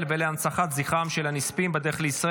התשפ"ה 2025,